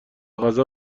غذا